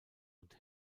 und